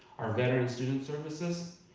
our veteran student services,